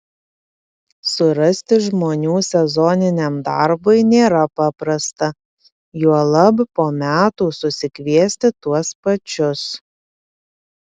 surasti žmonių sezoniniam darbui nėra paprasta juolab po metų susikviesti tuos pačius